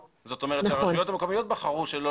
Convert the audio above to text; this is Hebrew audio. זאת אומרת שהרשויות המקומיות בחרו שלא